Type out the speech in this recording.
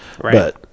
Right